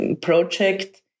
project